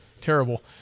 terrible